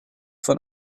von